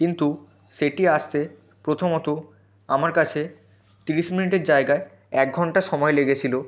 কিন্তু সেটি আসতে প্রথমত আমার কাছে তিরিশ মিনিটের জায়গায় এক ঘন্টা সময় লেগেছিলো